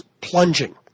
plunging